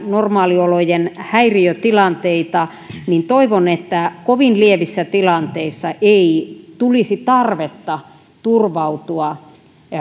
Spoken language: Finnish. normaaliolojen häiriötilanteita niin toivon että kovin lievissä tilanteissa ei tulisi tarvetta turvautua